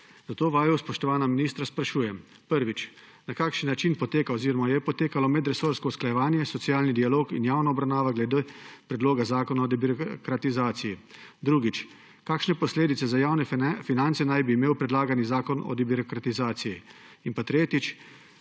Zato vaju, spoštovana ministra, sprašujem: Na kakšen način poteka oziroma je potekalo medresorsko usklajevanje, socialni dialog in javna obravnava glede predloga zakona o debirokratizaciji? Kakšne posledice za javne finance naj bi imel predlagani zakon o debirokratizaciji? Kakšno